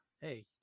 hey